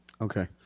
Okay